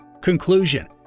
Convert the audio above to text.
Conclusion